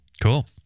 Cool